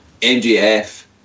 MGF